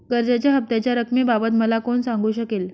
कर्जाच्या हफ्त्याच्या रक्कमेबाबत मला कोण सांगू शकेल?